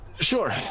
sure